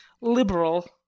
liberal